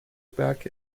back